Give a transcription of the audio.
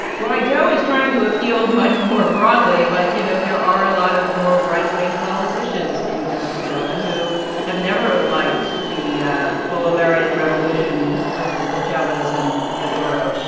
guaido is trying to appeal much more broadly. but, you know, there are a lot of more right-wing politicians in venezuela who have never ah liked the bolivarian revolution of hugo chavez and maduro.